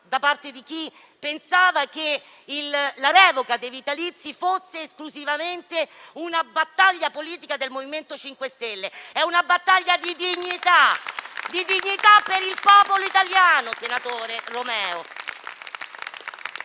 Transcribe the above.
per chi pensava che la revoca dei vitalizi fosse esclusivamente una battaglia politica del MoVimento 5 Stelle: è una battaglia di dignità! Dignità per il popolo italiano, senatore Romeo!